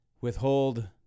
withhold